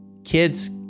Kids